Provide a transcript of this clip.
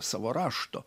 savo rašto